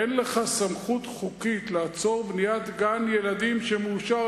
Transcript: אין לך סמכות חוקית לעצור בניית גן-ילדים שמאושר